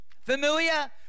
familiar